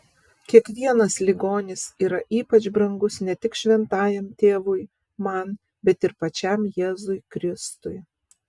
kiekvienas ligonis yra ypač brangus ne tik šventajam tėvui man bet ir pačiam jėzui kristui